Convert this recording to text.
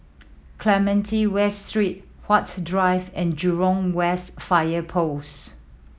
Clementi West Street Huat Drive and Jurong West Fire Post